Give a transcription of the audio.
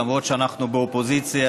למרות שאנחנו באופוזיציה,